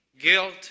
guilt